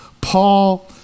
Paul